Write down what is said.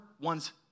one's